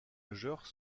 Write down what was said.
majeurs